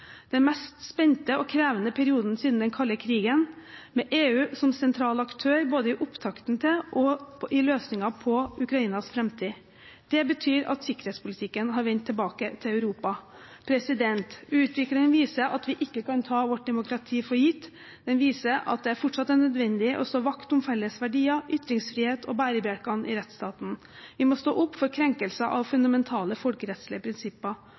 den mest spente og krevende perioden siden den kalde krigen, med EU som sentral aktør både i opptakten til og i løsningen på Ukrainas fremtid. Det betyr at sikkerhetspolitikken har vendt tilbake til Europa. Utviklingen viser at vi ikke kan ta vårt demokrati for gitt, den viser at det fortsatt er nødvendig å slå ring om felles verdier, ytringsfrihet og bærebjelkene i rettsstaten. Vi må stå opp mot krenkelser av fundamentale folkerettslige prinsipper